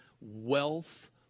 Wealth